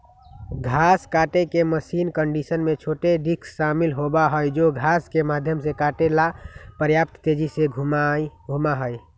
घास काटे के मशीन कंडीशनर में छोटे डिस्क शामिल होबा हई जो घास के माध्यम से काटे ला पर्याप्त तेजी से घूमा हई